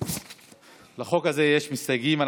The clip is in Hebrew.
לחוק הזה יש מסתייגים.